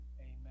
Amen